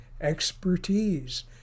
expertise